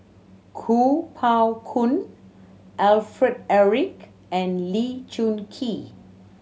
Kuo Pao Kun Alfred Eric and Lee Choon Kee